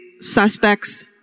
Suspects